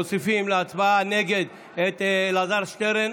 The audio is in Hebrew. מוסיפים להצבעה נגד את אלעזר שטרן,